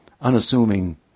unassuming